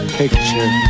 picture